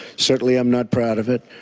certainly, i am not proud of it.